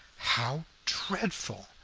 how dreadful,